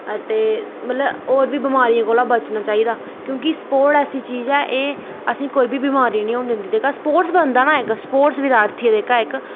ते मतलब होर बी बमारियें कोला बचना चाहिदा क्योंकि स्पोर्टस ऐसी चीज़ ऐ की एह् असेंगी कोई बी बमारी होन निं दिंदी जेह्का स्पोर्टस दा बंदा ना इक्क स्पोर्टस विद्यार्थी ऐ इक